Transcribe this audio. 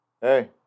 Hey